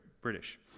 British